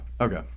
okay